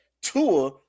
Tua